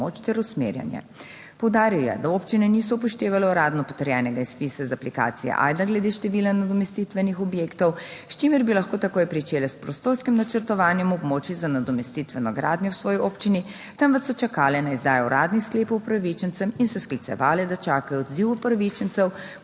Poudaril je, da občine niso upoštevale uradno potrjenega izpisa iz aplikacije Ajda glede števila nadomestitvenih objektov, s čimer bi lahko takoj pričele s prostorskim načrtovanjem območij za nadomestitveno gradnjo v svoji občini, temveč so čakale na izdajo uradnih sklepov upravičencem in se sklicevale, da čakajo odziv upravičencev,